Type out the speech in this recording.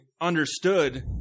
understood